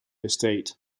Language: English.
estate